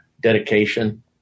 dedication